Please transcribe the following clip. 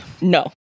No